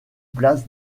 place